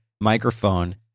microphone